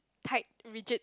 tight rigid